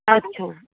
अच्छा